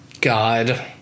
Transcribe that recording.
God